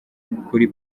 kuri